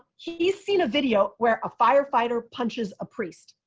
he's seen a video where a firefighter punches a priest.